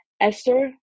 Esther